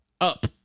Up